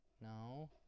no